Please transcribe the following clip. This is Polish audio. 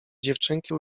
dziewczynki